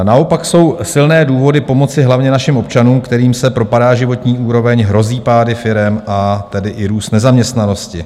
Naopak jsou silné důvody pomoci hlavně našim občanům, kterým se propadá životní úroveň, hrozí pády firem, a tedy i růst nezaměstnanosti.